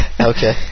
Okay